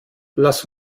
lass